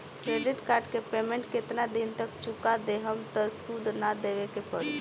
Credit card के payment केतना दिन तक चुका देहम त सूद ना देवे के पड़ी?